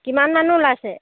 কিমান মানুহ ওলাইছে